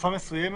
לתקופה מסוימת,